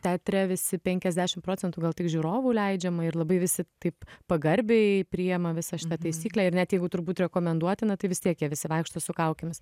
teatre visi penkiasdešim procentų gal tik žiūrovų leidžiama ir labai visi taip pagarbiai priema visą šitą taisyklę ir net jeigu turbūt rekomenduotina tai vis tiek jie visi vaikšto su kaukėmis